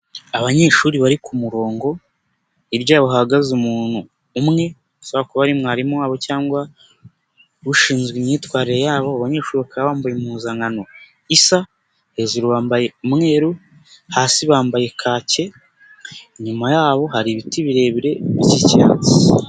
Abanyeshuri bari ku kumurongo hirya yabo hahagaze umuntu umwe ushobora kuba ari mwarimu wabo cyangwa ushinzwe imyitwarire yabo, abanyeshuri bakaba bambaye impuzankano isa, hejuru bambaye umweru hasi bambaye kake, inyuma yabo hari ibiti birebire by'icyatsi.